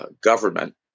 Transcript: government